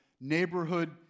neighborhood